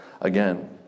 again